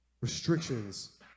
Restrictions